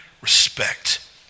respect